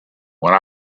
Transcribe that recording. when